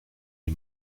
est